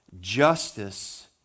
justice